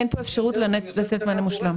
אין פה אפשרות לתת מענה מושלם.